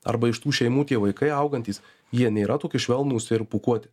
arba iš tų šeimų tie vaikai augantys jie nėra tokie švelnūs ir pūkuoti